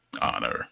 honor